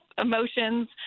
emotions